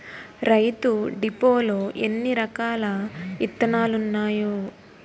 రైతు డిపోలో ఎన్నిరకాల ఇత్తనాలున్నాయో